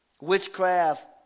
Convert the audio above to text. witchcraft